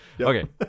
Okay